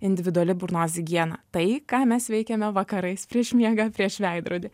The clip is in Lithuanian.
individuali burnos higiena tai ką mes veikiame vakarais prieš miegą prieš veidrodį